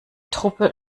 truppe